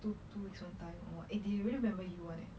two weeks one time they really remember you [one] leh